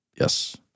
Yes